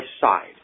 side